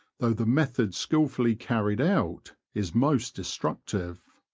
though the method skilfully carried out is most destructive,